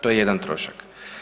To je jedan trošak.